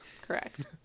Correct